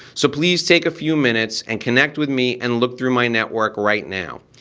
so please take a few minutes and connect with me and look through my network right now.